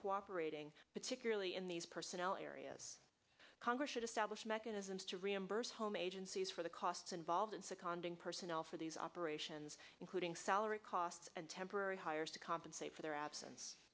cooperating particularly in these personnel areas congress should establish mechanisms to reimburse home agencies for the costs involved it's a condon personnel for these operations including salary costs and temporary hires to compensate for their absence